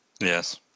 Yes